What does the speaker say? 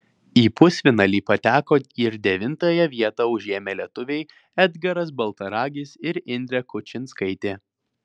į pusfinalį pateko ir devintąją vietą užėmė lietuviai edgaras baltaragis ir indrė kučinskaitė